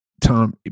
tom